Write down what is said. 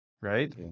right